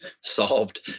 solved